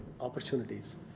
opportunities